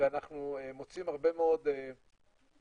ואנחנו מוצאים הרבה מאוד קורבנות,